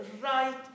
right